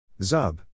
Zub